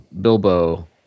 Bilbo